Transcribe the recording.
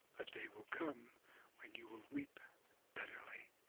a day will come when you will weep bitterly,